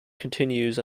continues